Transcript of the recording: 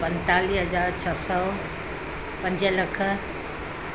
पंतालीह हज़ार छह सौ पंज लख